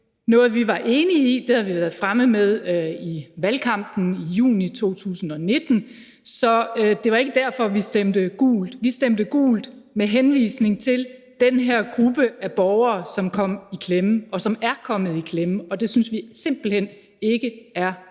noget, vi var enige i, det havde vi været fremme med i valgkampen i juni 2019, så det var ikke derfor, vi stemte gult. Vi stemte gult med henvisning til den her gruppe af borgere, som kom i klemme, og som er kommet i klemme, og det synes vi simpelt hen ikke er